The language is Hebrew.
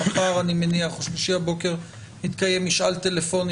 מחר או בשלישי בבוקר יתקיים משאל טלפוני